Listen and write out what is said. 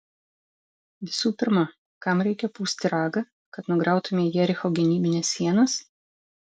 visų pirma kam reikia pūsti ragą kad nugriautumei jericho gynybines sienas